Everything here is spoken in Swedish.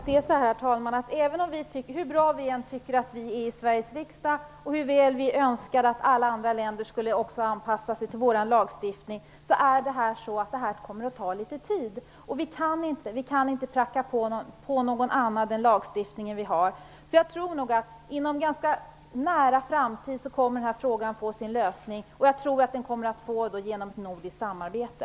Herr talman! Hur bra vi än tycker att vi är i Sveriges riksdag, och hur mycket vi än önskar att alla andra länder anpassar sig till vår lagstiftning, kommer det att ta litet tid. Vi kan inte pracka på någon annan vår lagstiftning. Jag tror att frågan inom en ganska nära framtid kommer att få en lösning, och jag tror att den kommer att få det genom nordiskt samarbete.